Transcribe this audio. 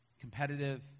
competitive